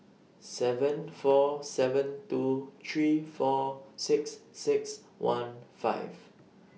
seven four seven two three four six six one five